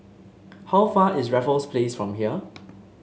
how far is Raffles Place from here